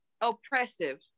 oppressive